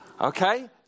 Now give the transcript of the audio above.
Okay